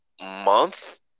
month